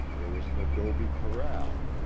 there was an adobe corral,